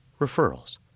referrals